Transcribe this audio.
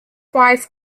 wife